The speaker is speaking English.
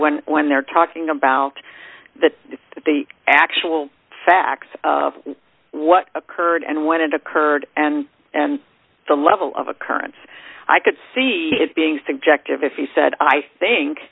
when when they're talking about the actual facts of what occurred and when it occurred and and the level of occurrence i could see it being subjective if he said i